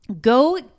Go